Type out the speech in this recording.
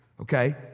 Okay